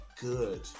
good